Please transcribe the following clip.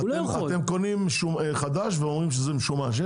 אתם קונים חדש ואומרים שזה משומש.